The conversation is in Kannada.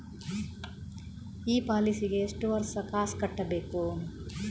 ಈ ಪಾಲಿಸಿಗೆ ಎಷ್ಟು ವರ್ಷ ಕಾಸ್ ಕಟ್ಟಬೇಕು?